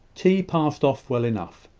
tea passed off well enough.